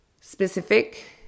specific